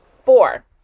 four